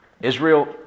Israel